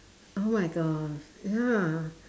oh my God ya